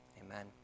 amen